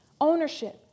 Ownership